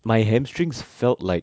my hamstrings felt like